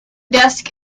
desk